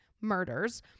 murders